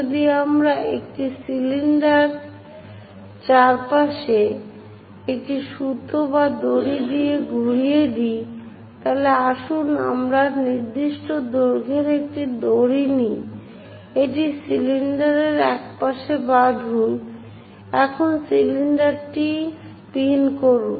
যদি আমরা একটি সিলিন্ডারের চারপাশে একটি সুতা বা দড়ি ঘুরিয়ে দিই তাহলে আসুন আমরা নির্দিষ্ট দৈর্ঘ্যের একটি দড়ি নিই এটি সিলিন্ডারের একপাশে বাঁধুন এখন সিলিন্ডারটি স্পিন করুন